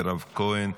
מירב כהן,